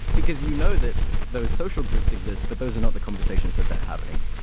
because you know that those social groups exist, but those not the conversations that they're having.